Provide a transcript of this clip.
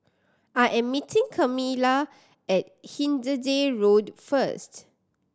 I am meeting Camila at Hindhede Road first